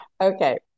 Okay